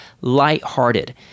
lighthearted